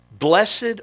Blessed